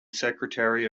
secretary